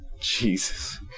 Jesus